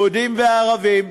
יהודים וערבים,